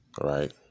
right